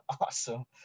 Awesome